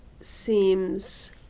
seems